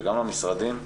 וגם למשרדים,